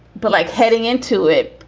but like heading into it,